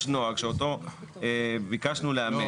יש נוהג שאותו ביקשנו לאמת.